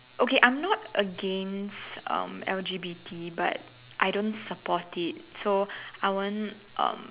okay I'm not against um L_G_B_T but I don't support it so I won't um